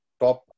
top